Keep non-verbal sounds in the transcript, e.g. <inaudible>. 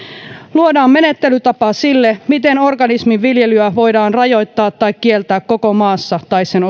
luodaan menettelytapa sille miten organismin viljelyä voidaan rajoittaa tai kieltää koko maassa tai sen <unintelligible>